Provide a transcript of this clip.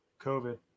COVID